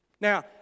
Now